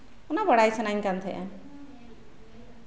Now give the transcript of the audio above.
ᱚᱱᱟ ᱵᱟᱲᱟᱭ ᱥᱟᱱᱟᱧ ᱛᱟᱸᱦᱮᱜᱼᱟ